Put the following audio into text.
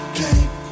game